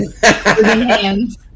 hands